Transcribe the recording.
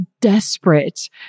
desperate